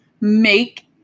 make